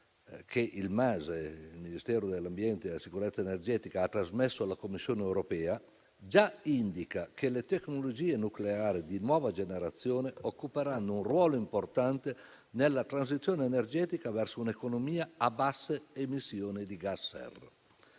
che il Ministero dell'ambiente e della sicurezza energetica ha trasmesso alla Commissione europea già indica che le tecnologie nucleari di nuova generazione svolgeranno un ruolo importante nella transizione energetica verso un'economia a bassa emissione di gas serra.